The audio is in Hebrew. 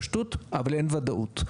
פשטות, אבל אין ודאות.